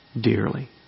dearly